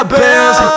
bills